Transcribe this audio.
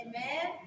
Amen